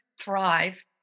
thrive